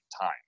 time